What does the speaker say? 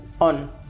on